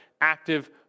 active